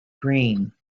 green